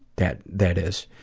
that that is.